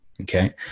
okay